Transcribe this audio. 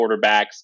quarterbacks